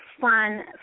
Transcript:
fun